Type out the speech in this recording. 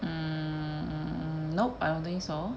um nope I don't think so